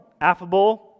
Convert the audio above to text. affable